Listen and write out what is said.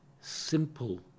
simple